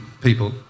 people